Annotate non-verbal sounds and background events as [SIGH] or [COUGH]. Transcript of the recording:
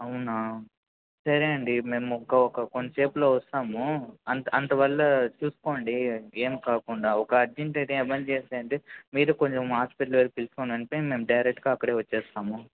అవునా సరే అండి మేము ఇంకా ఒక కొంతసేపులో వస్తాము అందువల్ల చూసుకోండి ఏం కాకుండా ఒక అర్జెంట్ [UNINTELLIGIBLE] మీరు కొంచెం హాస్పిటల్ దాకా తీసుకొస్తే మేము డైరెక్ట్గా అక్కడికే వచ్చేస్తాము